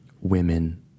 women